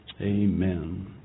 amen